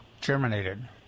germinated